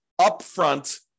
upfront